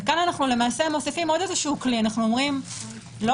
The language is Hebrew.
כאן אנו מוסיפים עוד כלי אומרים: לא